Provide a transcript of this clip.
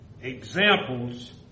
Examples